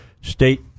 state